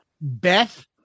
Beth